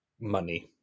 money